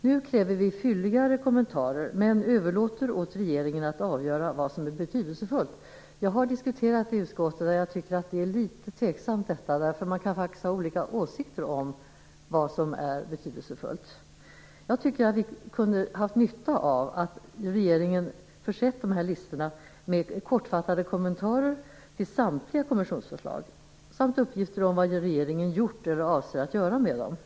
Nu kräver vi fylligare kommentarer men överlåter åt regeringen att avgöra vad som är betydelsefullt. Jag tycker att detta är litet tveksamt, och jag har diskuterat det i utskottet. Man kan faktiskt ha olika åsikter om vad som är betydelsefullt. Jag tycker att vi kunde ha haft nytta av att regeringen försett listorna med kortfattade kommentarer till samtliga kommissionsförslag samt uppgifter om vad regeringen gjort eller avser att göra med dem.